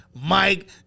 Mike